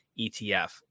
etf